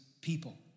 people